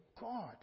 God